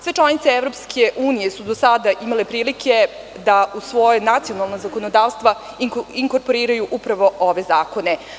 Sve članice EU su do sada imale prilike da u svojoj nacionalnom zakonodavstvu inkorporiraju upravo ove zakone.